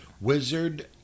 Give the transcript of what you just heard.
Wizard